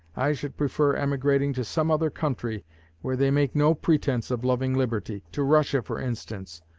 i should prefer emigrating to some other country where they make no pretense of loving liberty to russia for instance,